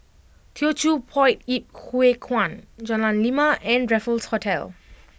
Teochew Poit Ip Huay Kuan Jalan Lima and Raffles Hotel